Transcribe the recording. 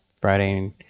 Friday